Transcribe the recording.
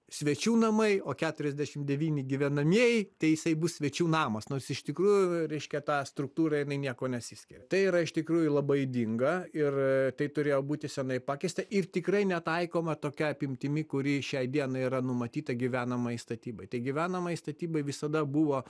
svečių namai o keturiasdešim devyni gyvenamieji tai jisai bus svečių namas nors iš tikrųjų reiškia ta struktūra jinai niekuo nesiskiria tai yra iš tikrųjų labai ydinga ir tai turėjo būti senai pakeista ir tikrai netaikoma tokia apimtimi kuri šiai dienai yra numatyta gyvenamai statybai tai gyvenamai statybai visada buvo